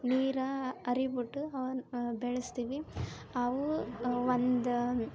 ನೀರ ಹರಿ ಬಿಟ್ಟು ಅವನ್ನ ಬೆಳೆಸ್ತೀವಿ ಅವು ಒಂದು